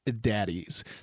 daddies